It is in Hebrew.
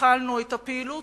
שהתחלנו את הפעילות,